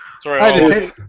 Sorry